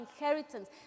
inheritance